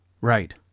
Right